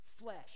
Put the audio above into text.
flesh